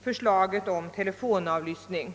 förslaget om telefonavlyssning.